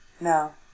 No